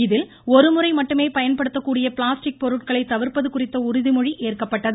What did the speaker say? இதில் ஒரு முறை மட்டுமே பயன்படுத்தக் கூடிய பிளாஸ்டிக் பொருட்களை தவிர்ப்பது குறித்த உறுதிமொழி ஏற்கப்பட்டது